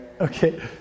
Okay